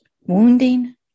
wounding